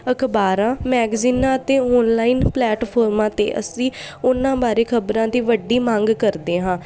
ਅਖ਼ਬਾਰਾਂ ਮੈਗਜ਼ੀਨਾਂ ਅਤੇ ਔਨਲਾਈਨ ਪਲੈਟਫੋਰਮਾ 'ਤੇ ਅਸੀਂ ਉਹਨਾਂ ਬਾਰੇ ਖ਼ਬਰਾਂ ਦੀ ਵੱਡੀ ਮੰਗ ਕਰਦੇ ਹਾਂ